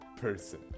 person